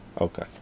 Okay